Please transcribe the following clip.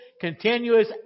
continuous